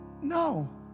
No